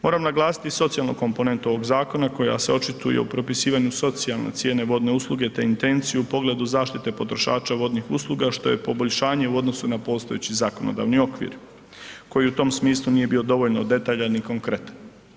Moram naglasiti socijalnu komponentu ovog zakona koja se očituje u propisivanju socijalne cijene vodne usluge, te intenciju u pogledu zaštite potrošača vodnih usluga, što je poboljšanje u odnosu na postojeći zakonodavni okvir koji u tom smislu nije bio dovoljno detaljan i konkretan.